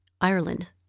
Ireland